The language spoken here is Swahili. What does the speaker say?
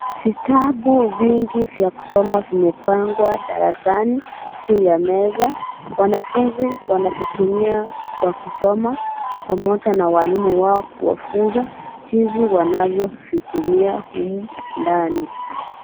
Vitabu vingi vya kusoma vimepangwa darasani juu ya meza wanafunzi wanavitumia kwa kusoma pamoja na walimu wao kuwafunza jinsi wanavyo vitumia humu ndani.